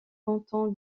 canton